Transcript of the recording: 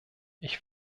ich